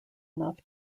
enough